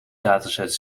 dataset